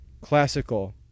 classical